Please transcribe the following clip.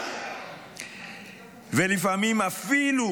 ולפעמים אפילו